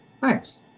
Thanks